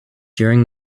during